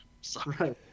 Sorry